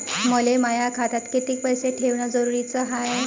मले माया खात्यात कितीक पैसे ठेवण जरुरीच हाय?